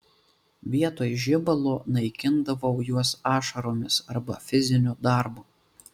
vietoj žibalo naikindavau juos ašaromis arba fiziniu darbu